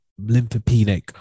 lymphopenic